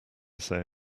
say